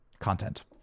content